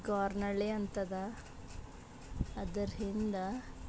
ಗೋರ್ನಳ್ಳಿ ಅಂತದ ಅದರ ಹಿಂದೆ